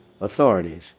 authorities